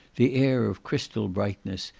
the air of crystal brightness,